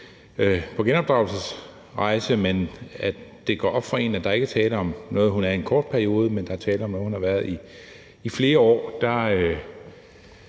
på genopdragelsesrejse, og at det går op for hende, at der ikke er tale om noget, hun i en kort periode skal være i, men at der er tale om noget, hun i flere år